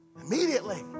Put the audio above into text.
Immediately